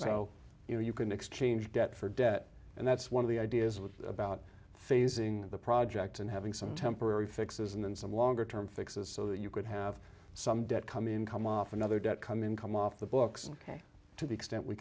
so you know you can exchange debt for debt and that's one of the ideas with about phasing the project and having some temporary fixes and then some longer term fixes so that you could have some debt come in come off another debt come in come off the books and to the extent we